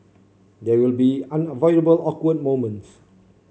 there will be unavoidable awkward moments